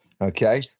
okay